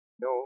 No